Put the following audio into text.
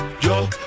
yo